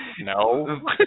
No